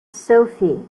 sophie